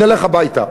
נלך הביתה.